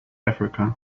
africa